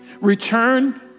Return